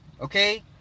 Okay